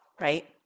right